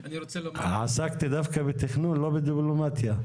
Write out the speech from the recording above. עסקתי דווקא בתכנון ולא בדיפלומטיה.